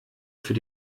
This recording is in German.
für